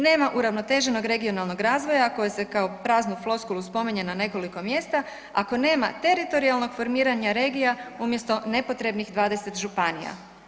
Nema uravnoteženog regionalnog razvoja koji se kao praznu floskulu spominje na nekoliko mjesta ako nema teritorijalnog formiranja regija umjesto nepotrebnih 20 županija.